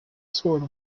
scored